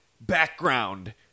Background